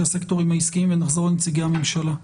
הסקטורים העסקיים ונחזור לנציגי הממשלה.